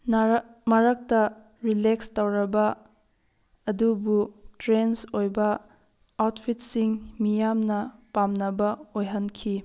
ꯃꯔꯛꯇ ꯔꯤꯂꯦꯛꯁ ꯇꯧꯔꯕ ꯑꯗꯨꯕꯨ ꯇ꯭ꯔꯦꯟꯁ ꯑꯣꯏꯕ ꯑꯧꯠꯐꯤꯠꯁꯤꯡ ꯃꯤꯌꯥꯝꯅ ꯄꯥꯝꯅꯕ ꯑꯣꯏꯍꯟꯈꯤ